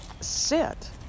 sit